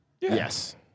Yes